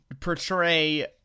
portray